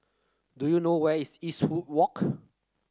do you know where is Eastwood Walk